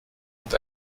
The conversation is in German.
und